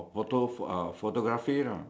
photo for uh photography lah